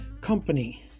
company